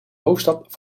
hoofdstad